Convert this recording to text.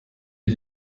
ihr